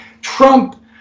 Trump